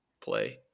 play